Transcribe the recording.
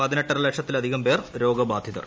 പതിനെട്ടര ലക്ഷത്തിലധികം പേർ രോഗബാധിതർ